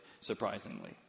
surprisingly